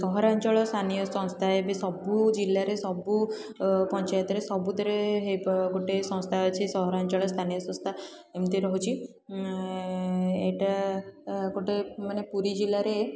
ସହାରାଞ୍ଚଳ ସ୍ଥାନୀୟ ସଂସ୍ଥା ଏବେ ସବୁ ଜିଲ୍ଲାରେ ସବୁ ପଞ୍ଚାୟତରେ ସବୁଥିରେ ହେବ ଗୋଟେ ସଂସ୍ଥା ଅଛି ସହାରାଞ୍ଚଳ ସ୍ଥାନୀୟ ସଂସ୍ଥା ଏମିତି ରହୁଛି ଏଇଟା ଗୋଟେ ମାନେ ପୁରୀ ଜିଲ୍ଲାରେ